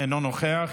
אינו נוכח,